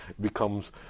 becomes